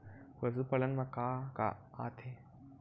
पशुपालन मा का का आथे?